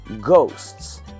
Ghosts